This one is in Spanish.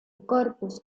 corpus